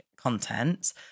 content